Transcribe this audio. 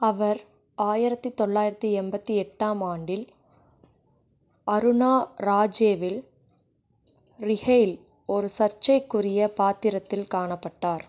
அவர் ஆயிரத்தி தொள்ளாயிரத்தி எண்பத்தி எட்டாம் ஆண்டில் அருணா ராஜேவில் ரிஹேயில் ஒரு சர்ச்சைக்குரிய பாத்திரத்தில் காணப்பட்டார்